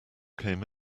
came